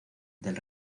del